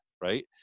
right